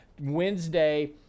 Wednesday